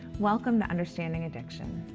welcome to understanding addiction.